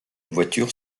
voitures